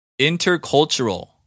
Intercultural